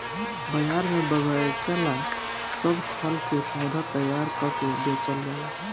बाजार में बगएचा ला सब खल के पौधा तैयार क के बेचल जाला